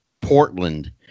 Portland